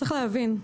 צריך להבין,